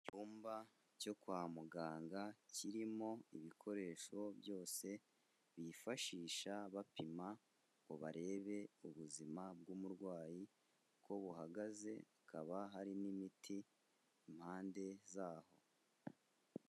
Icyumba cyo kwa muganga kirimo ibikoresho byose bifashisha bapima ngo barebe ubuzima bw'umurwayi, uko buhagaze, hakaba hari n'imiti impande zaho.